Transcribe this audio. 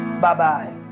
bye-bye